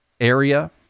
area